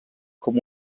com